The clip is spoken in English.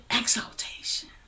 exaltation